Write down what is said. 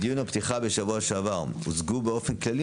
בדיון הפתיחה בשבוע שעבר הוצגו באופן כללי